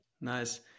Nice